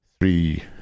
three